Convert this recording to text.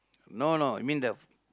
no no I mean the